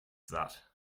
that